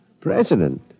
President